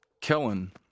Kellen